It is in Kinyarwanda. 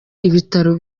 ibitaro